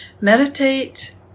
meditate